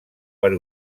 per